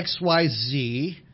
XYZ